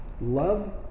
Love